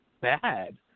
bad